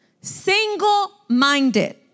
single-minded